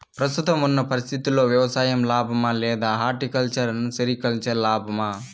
ప్రస్తుతం ఉన్న పరిస్థితుల్లో వ్యవసాయం లాభమా? లేదా హార్టికల్చర్, సెరికల్చర్ లాభమా?